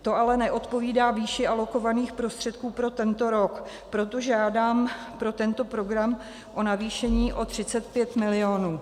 To ale neodpovídá výši alokovaných prostředků pro tento rok, proto žádám pro tento program o navýšení o 35 milionů.